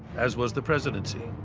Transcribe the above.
as was the presidency.